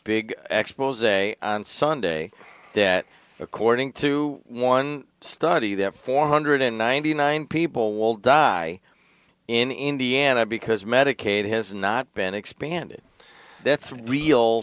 big expos on sunday debt according to one study that four hundred ninety nine people will die in indiana because medicaid has not been expanded that's real